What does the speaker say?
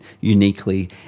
uniquely